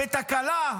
בתקלה.